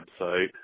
website